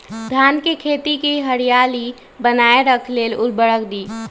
धान के खेती की हरियाली बनाय रख लेल उवर्रक दी?